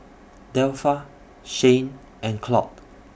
Delpha Shayne and Claude